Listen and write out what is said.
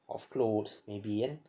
of clothes maybe kan